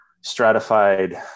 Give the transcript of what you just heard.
stratified